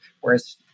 whereas